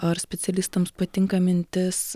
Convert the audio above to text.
ar specialistams patinka mintis